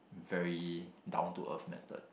very down to earth method